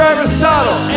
Aristotle